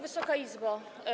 Wysoka Izbo!